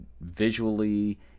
visually